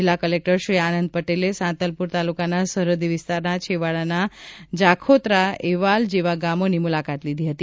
જિલ્લા કલેક્ટરશ્રી આનંદ પટેલે સાંતલપુર તાલુકાના સરહદી વિસ્તારના છેવાડાના જાખોત્રા એવાલ જેવા ગામોની મુલાકાત લીધી હતી